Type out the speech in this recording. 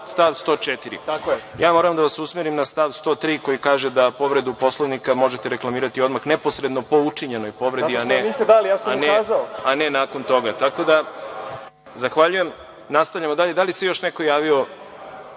član 104. Moram da vas usmerim na član 103. koji kaže da povredu Poslovnika možete reklamirati odmah, neposredno po učinjenoj povredi, a ne nakon toga. Tako da vam zahvaljujem. Nastavljamo dalje. Da li se još neko javio?